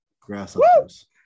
Grasshoppers